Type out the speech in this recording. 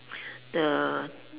the